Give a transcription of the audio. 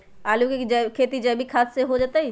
आलु के खेती जैविक खाध देवे से होतई?